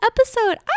episode